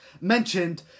mentioned